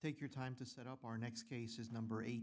take your time to set up our next cases number eight